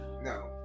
No